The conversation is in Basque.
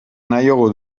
nahiago